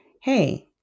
Hey